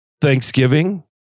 Thanksgiving